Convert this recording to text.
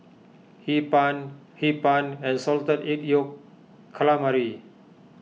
Hee Pan Hee Pan and Salted Egg Yolk Calamari